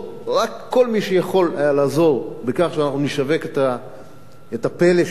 כל מי שיכול היה לעזור בכך שאנחנו נשווק את הפלא שלנו,